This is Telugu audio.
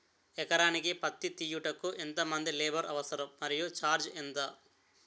ఎకరానికి పత్తి తీయుటకు ఎంత మంది లేబర్ అవసరం? మరియు ఛార్జ్ ఎంత?